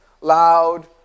loud